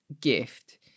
gift